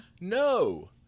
no